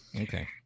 Okay